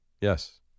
Yes